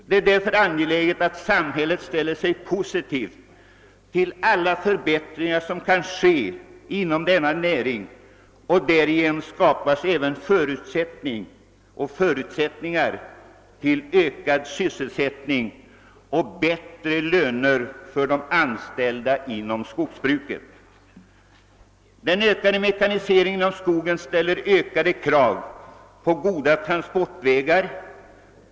Det är därför väsentligt att samhället ställer sig positivt till alla förbättringar som kan göras inom denna näring. Därigenom skapas även förutsättningar för ökad sysselsättning och bättre löner för de anställda inom skogsbruket. Den nödvändiga mekaniseringen i skogen ställer ökade krav på goda transportvägar.